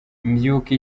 mbyuka